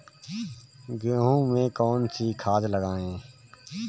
गेहूँ में कौनसी खाद लगाएँ?